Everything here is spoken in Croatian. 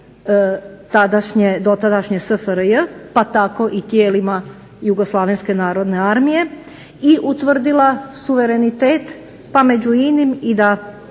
tadašnje SFRJ pa tako i tijelima Jugoslavenske narodne armije i utvrdila suverenitet među inim i da